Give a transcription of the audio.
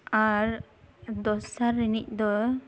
ᱟᱨ ᱫᱚᱥᱟᱨ ᱨᱤᱱᱤᱡ ᱫᱚ